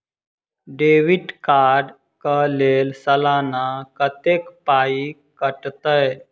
Debit card कऽ लेल सलाना कत्तेक पाई कटतै?